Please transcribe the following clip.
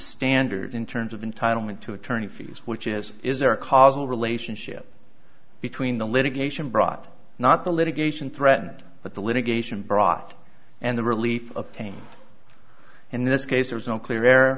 standard in terms of entitlement to attorney fees which is is there a causal relationship between the litigation brought not the litigation threatened but the litigation brought and the relief of pain in this case there is no clear